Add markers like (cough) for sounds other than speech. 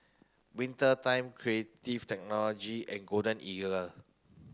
Winter Time (unintelligible) Technology and Golden Eagle